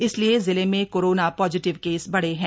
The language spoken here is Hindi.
इसलिए जिले में कोरोना पॉजिटिव केस बढ़े हैं